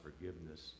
forgiveness